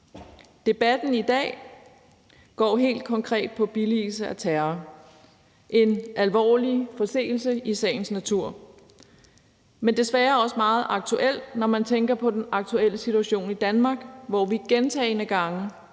Debatten i dag går helt konkret på billigelse af terror, en alvorlig forseelse i sagens natur, men desværre også meget aktuel, når man tænker på den aktuelle situation i Danmark, hvor vi gentagne gange,